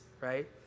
right